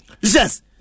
Yes